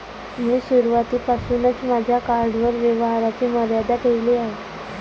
मी सुरुवातीपासूनच माझ्या कार्डवर व्यवहाराची मर्यादा ठेवली आहे